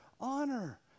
honor